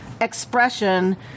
expression